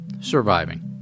surviving